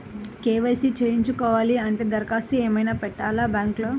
KYC చేయించుకోవాలి అంటే దరఖాస్తు ఏమయినా పెట్టాలా బ్యాంకులో?